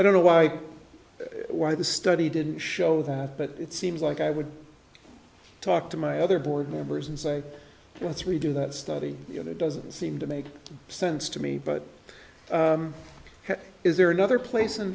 i don't know why why the study didn't show that but it seems like i would talk to my other board members and say let's redo that study doesn't seem to make sense to me but is there another place in